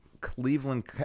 Cleveland